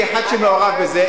כאחד שמעורב בזה,